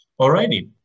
Alrighty